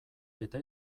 eta